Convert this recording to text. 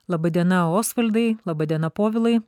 laba diena osvaldai laba diena povilai